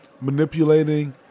manipulating